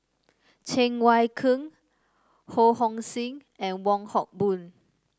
Cheng Wai Keung Ho Hong Sing and Wong Hock Boon